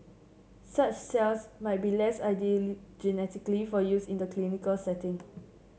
such cells might be less ideal genetically for use in the clinical setting